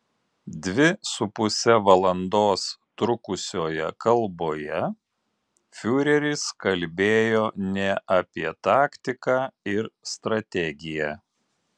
dvi su puse valandos trukusioje kalboje fiureris kalbėjo ne apie taktiką ir strategiją